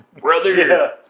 Brother